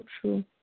true